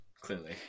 Clearly